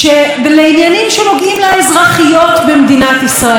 יש פה חצי מהאוכלוסייה,